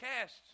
cast